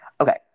okay